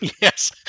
Yes